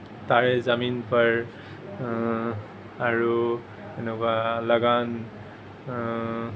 তাৰে জমিন পৰ আৰু এনেকুৱা লাগান